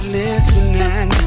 listening